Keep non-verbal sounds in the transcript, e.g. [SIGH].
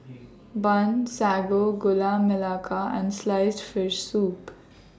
[NOISE] Bun Sago Gula Melaka and Sliced Fish Soup [NOISE]